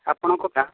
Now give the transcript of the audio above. ଆପଣଙ୍କ ଗାଁରେ